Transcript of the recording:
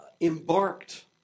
embarked